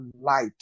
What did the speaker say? light